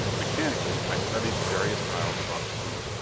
mechanically, i studied the various dials about the room.